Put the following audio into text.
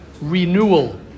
renewal